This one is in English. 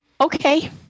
Okay